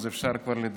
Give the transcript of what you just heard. אז כבר אפשר לדבר,